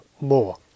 more